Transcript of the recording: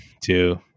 two